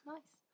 Nice